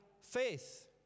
faith